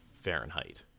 Fahrenheit